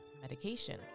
medication